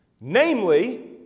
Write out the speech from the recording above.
Namely